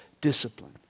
discipline